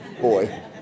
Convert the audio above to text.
Boy